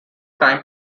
time